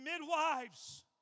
midwives